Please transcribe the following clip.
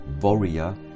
warrior